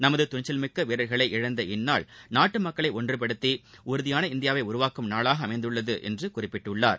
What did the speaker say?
நமது துணிச்சல் மிக்க வீரர்களை இழந்த இந்தநாள் நாட்டு மக்களை ஒன்றுபடுத்தி உறுதியான இந்தியாவை உருவாக்கும் நாளாக அமைந்துள்ளது என்று அவர் குறிப்பிட்டுள்ளார்